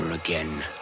Again